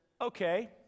okay